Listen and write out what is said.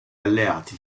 alleati